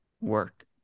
work